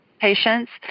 patients